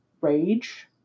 rage